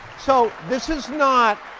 so this is not.